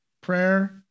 prayer